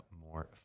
more